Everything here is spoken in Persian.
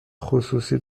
خصوصی